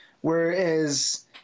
whereas